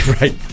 Right